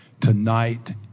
tonight